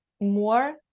more